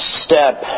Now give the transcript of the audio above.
step